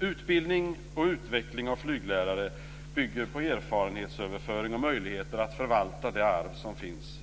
Utbildning och utveckling av flyglärare bygger på erfarenhetsöverföring och möjligheter att förvalta det arv som finns.